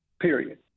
period